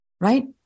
right